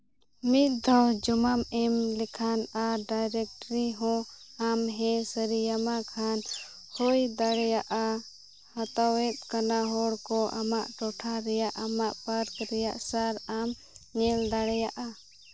ᱢᱤᱫ ᱫᱷᱟᱣ ᱡᱚᱢᱟᱢ ᱮᱢ ᱞᱮᱠᱷᱟᱱ ᱟᱨ ᱰᱟᱭᱨᱮᱠᱴᱨᱤ ᱦᱚᱸ ᱟᱢ ᱦᱮᱸ ᱥᱟᱹᱨᱤᱭᱟᱢᱟ ᱠᱷᱟᱱ ᱦᱩᱭ ᱫᱟᱲᱮᱭᱟᱜᱼᱟ ᱦᱟᱛᱟᱣᱮᱫ ᱠᱟᱱᱟ ᱦᱚᱲ ᱠᱚ ᱟᱢᱟᱜ ᱴᱚᱴᱷᱟ ᱨᱮᱭᱟᱜ ᱟᱢᱟᱜ ᱯᱟᱨᱠ ᱨᱮᱭᱟᱜ ᱥᱟᱨ ᱟᱢ ᱧᱮᱞ ᱫᱟᱲᱮᱭᱟᱜᱼᱟ